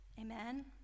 Amen